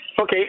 Okay